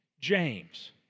James